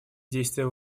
действуя